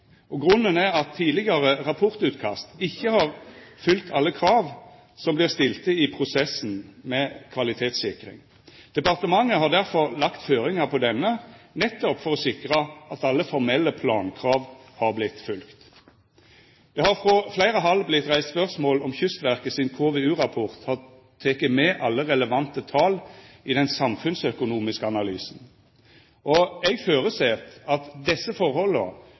tid. Grunnen er at tidlegare rapportutkast ikkje har fylt alle krav som vert stilte i prosessen med kvalitetssikring. Departementet har derfor lagt føringar på denne, nettopp for å sikra at alle formelle plankrav har blitt følgde. Det har frå fleire hald vorte reist spørsmål om Kystverket sin KVU-rapport har teke med alle relevante tal i den samfunnsøkonomiske analysen. Eg føreset at desse forholda